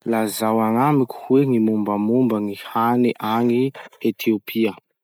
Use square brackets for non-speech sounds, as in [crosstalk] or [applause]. Lazao agnamiko hoe gny mombamomba gny hany [noise] agny Etiopia?